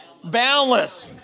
boundless